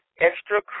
extra